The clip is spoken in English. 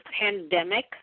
pandemic